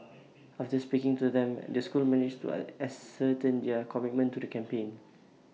after speaking to them the school managed to A ascertain their commitment to the campaign